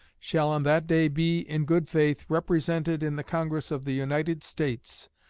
shall on that day be in good faith represented in the congress of the united states,